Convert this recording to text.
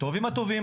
טובים עם הטובים.